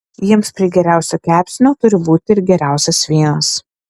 jiems prie geriausio kepsnio turi būti ir geriausias vynas